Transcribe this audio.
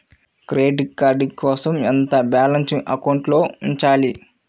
Credit card కోసం ఎంత balance అకౌంట్లో ఉంచాలి?